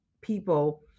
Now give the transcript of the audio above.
people